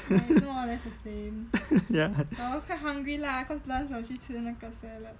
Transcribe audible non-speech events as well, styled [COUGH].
[LAUGHS]